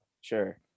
sure